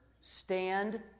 stand